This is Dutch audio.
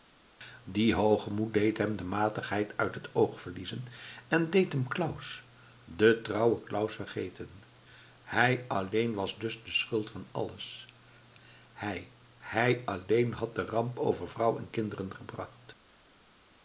die hoogmoed deed hem de matigheid uit het oog verliezen en deed hem claus den trouwen claus vergeten hij alleen was dus de schuld van alles hij hij alleen had ramp over vrouw en kinderen gebracht